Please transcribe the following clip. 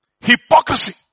hypocrisy